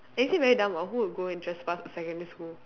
actually very dumb ah who will go and trespass secondary school